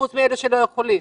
חוץ מאלה שלא יכולים.